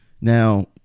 Now